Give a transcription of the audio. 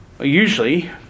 Usually